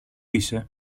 είσαι